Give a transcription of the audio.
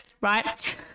right